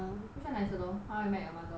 which one nicer though how I met your mother or